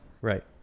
Right